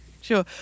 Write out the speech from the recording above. Sure